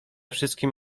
wszystkim